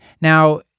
Now